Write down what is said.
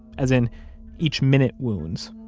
as in each minute wounds,